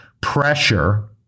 pressure